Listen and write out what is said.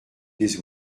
des